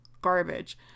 garbage